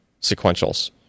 sequentials